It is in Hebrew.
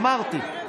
אמרתי.